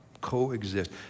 Coexist